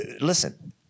listen